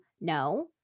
No